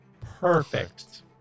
perfect